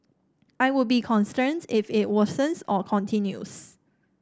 I would be concerned if it worsens or continues